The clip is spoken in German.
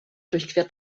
durchquert